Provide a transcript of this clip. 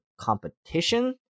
competition